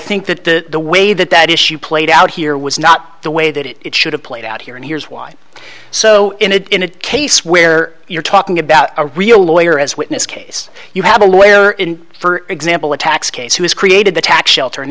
think that the way that that issue played out here was not the way that it should have played out here and here's why so in a in a case where you're talking about a real lawyer as witness case you have a lawyer in for example a tax case who has created the tax shelter and